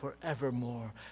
forevermore